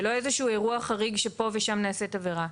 זה לא איזשהו אירוע חריג שפה ושם נעשית עבירה.